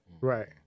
Right